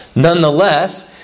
Nonetheless